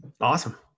Awesome